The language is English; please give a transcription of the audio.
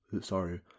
sorry